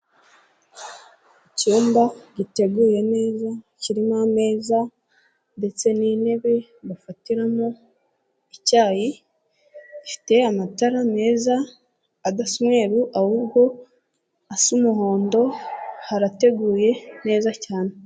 Icyumba giteguye neza kirimo ameza ndetse n'intebe bafatiramo icyayi, gifite amatara meza adasa umweruru ahubwo asa umuhondo harateguye neza cyane.